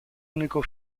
unico